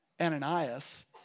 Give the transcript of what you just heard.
Ananias